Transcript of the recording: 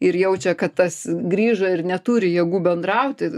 ir jaučia kad tas grįžo ir neturi jėgų bendrauti